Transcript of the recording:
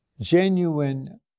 genuine